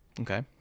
Okay